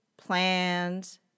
Plans